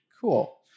Cool